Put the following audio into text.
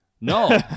No